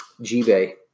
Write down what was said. G-Bay